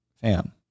fam